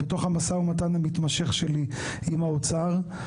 בתוך המשא ומתן המתמשך שלי עם האוצר,